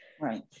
right